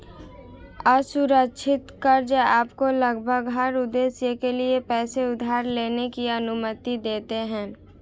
असुरक्षित कर्ज़ आपको लगभग हर उद्देश्य के लिए पैसे उधार लेने की अनुमति देते हैं